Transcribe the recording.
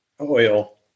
oil